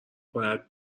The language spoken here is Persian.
باید